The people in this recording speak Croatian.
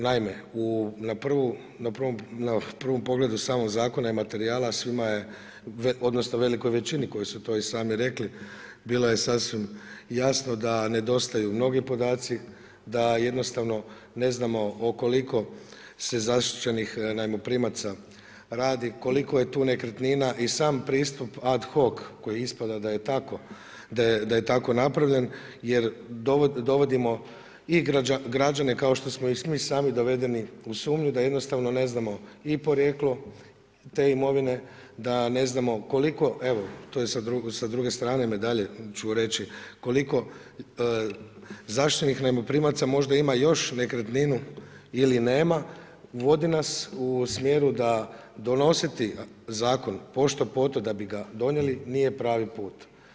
Naime, na prvom pogledu samog zakona i materijala svima je, odnosno velikoj većini koji su to i sami rekli, bilo je sasvim jasno da nedostaju mnogi podaci, da jednostavno ne znamo o koliko se zaštićenih najmoprimaca radi, koliko je tu nekretnina i sam pristup ad hoc koji ispada da je tako napravljen jer dovodimo i građane, kao što smo i mi sami dovedeni u sumnju da jednostavno ne znamo i porijeklo te imovine, da ne znamo koliko, evo, to je sa druge strane medalje ću reći, koliko zaštićenih najmoprimaca možda ima još nekretninu ili nema, vodi nas u smjeru da donositi Zakon pošto-poto da bi ga donijeli nije pravi put.